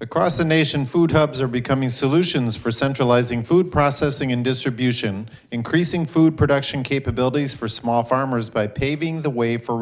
across the nation food hubs are becoming solutions for centralizing food processing and distribution increasing food production capabilities for small farmers by paving the way for